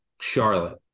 Charlotte